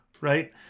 right